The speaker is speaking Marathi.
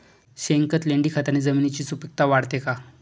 शेणखत, लेंडीखताने जमिनीची सुपिकता वाढते का?